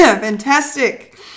Fantastic